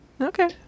Okay